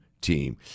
team